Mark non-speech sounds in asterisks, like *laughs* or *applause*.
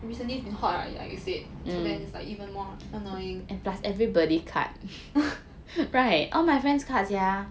recently it's been hot [what] like you said so then it's like even more annoying *laughs*